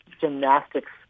gymnastics